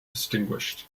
distinguished